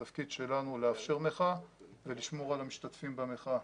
התפקיד שלנו לאפשר מחאה ולשמור על המשתתפים במחאה